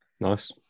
Nice